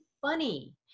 Funny